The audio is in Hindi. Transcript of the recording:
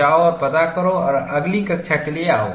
जाओ और पता करो और अगली कक्षा के लिए आओ